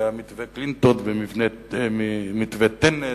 היה מתווה קלינטון ומתווה טנט,